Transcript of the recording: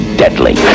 deadly